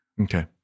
Okay